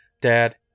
dad